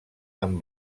amb